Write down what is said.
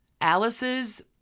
Alice's